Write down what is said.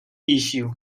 issue